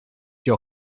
your